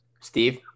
Steve